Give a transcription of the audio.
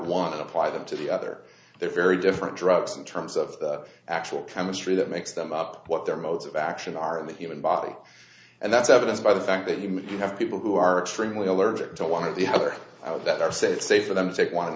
one apply them to the other they're very different drugs in terms of the actual chemistry that makes them up what they're modes of action are in the human body and that's evidenced by the fact that humans do have people who are extremely allergic to one of the other that are said safe for them to take one